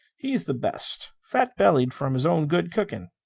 he is the best. fat-bellied from his own good cooking.